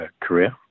career